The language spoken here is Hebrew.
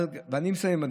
אדוני, אני מסיים.